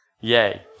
Yay